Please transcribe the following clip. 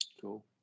Cool